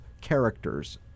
characters